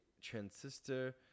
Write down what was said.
Transistor